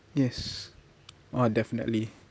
yes oh definitely